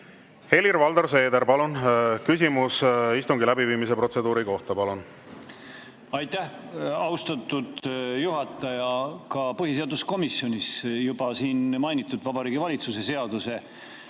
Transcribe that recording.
Helir-Valdor Seeder, palun! Küsimus istungi läbiviimise protseduuri kohta, palun. Aitäh, austatud juhataja! Ka põhiseaduskomisjonis anti siin juba mainitud Vabariigi Valitsuse seaduse